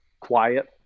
quiet